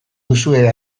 duzue